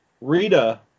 Rita